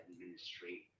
administrate